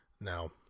now